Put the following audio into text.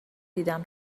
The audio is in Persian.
دیدم